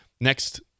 Next